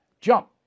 jump